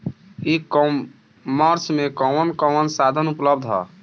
ई कॉमर्स में कवन कवन साधन उपलब्ध ह?